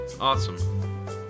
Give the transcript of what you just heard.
Awesome